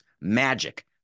Magic